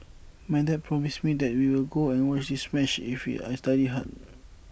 my dad promised me that we will go and watch this match if I studied hard